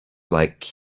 like